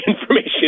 information